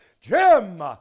Jim